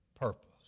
purpose